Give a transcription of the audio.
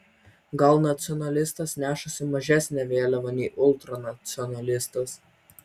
gal nacionalistas nešasi mažesnę vėliavą nei ultranacionalistas